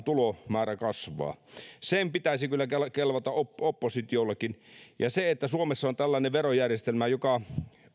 tulomäärä kasvaa sen pitäisi kyllä kyllä kelvata oppositiollekin se että suomessa on tällainen verojärjestelmä joka